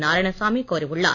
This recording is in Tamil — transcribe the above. நாராயணசாமி கோரியுள்ளார்